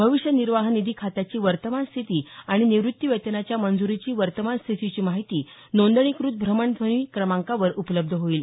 भविष्य निर्वाह निधी खात्याची वर्तमान स्थिती आणि निवृत्ती वेतनाच्या मंजूरीची वर्तमान स्थितीची माहिती नोंदणीकृत भ्रमणध्वनी क्रमांकावर उपलब्ध होईल